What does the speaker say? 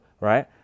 right